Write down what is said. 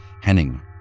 Henning